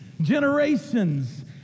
Generations